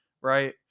right